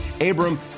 Abram